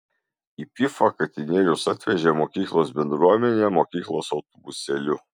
į pifą katinėlius atvežė mokyklos bendruomenė mokyklos autobusėliu